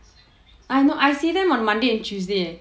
ah no I see them on monday and tuesday